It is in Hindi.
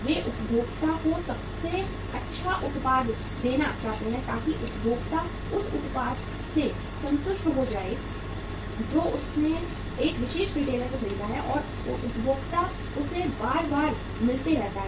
वे उपभोक्ता को सबसे अच्छा उत्पाद देना चाहते हैं ताकि उपभोक्ता उस उत्पाद से संतुष्ट हो जो उसने एक विशेष रिटेलर से खरीदा है और उपभोक्ता उसे बार बार मिलते रहते हैं